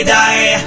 die